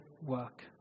work